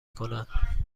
کنند